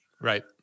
right